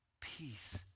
peace